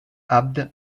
abd